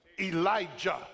Elijah